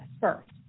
first